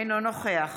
אינו נוכח